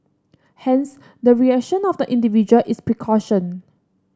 hence the reaction of the individual is precaution